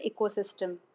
ecosystem